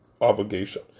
obligation